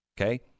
Okay